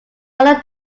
other